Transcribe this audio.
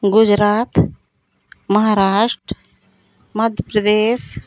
Gujarat Maharashtra Madhya Pradesh